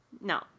no